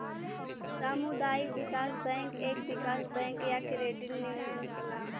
सामुदायिक विकास बैंक एक विकास बैंक या क्रेडिट यूनियन हौ